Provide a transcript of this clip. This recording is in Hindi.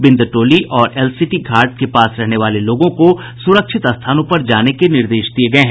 बिंद टोली और एलसीटी घाट के पास रहने वाले लोगों को सुरक्षित स्थानों पर जाने के निर्देश दिये गये हैं